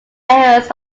areas